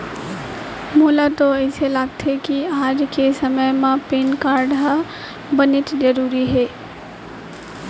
मोला तो अइसे लागथे कि आज के समे म पेन कारड ह बनेच जरूरी हे